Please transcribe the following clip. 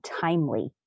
timely